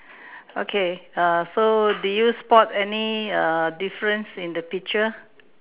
okay err so do you spot any err difference in the picture